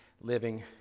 living